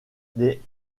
des